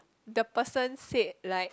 the person said like